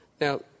Now